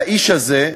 והאיש הזה,